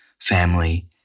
family